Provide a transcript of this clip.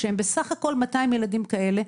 שהם בסך הכל 200 ילדים כאלה,